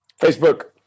Facebook